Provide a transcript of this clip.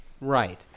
right